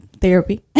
therapy